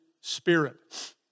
spirit